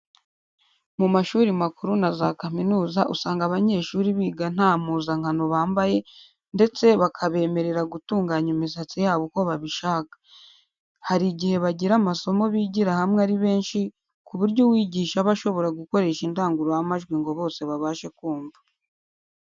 Mu mashuri makuru na za kaminuza usanga abanyeshuri biga nta mpuzangano bambaye ndetse bakabemerera gutunganya imisatsi yabo uko babishaka. Hari igihe bagira amasomo bigira hamwe ari benshi ku buryo uwigisha aba ashobora gukoresha indangururamajwi ngo bose babashe kumva.